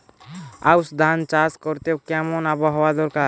আউশ ধান চাষ করতে কেমন আবহাওয়া দরকার?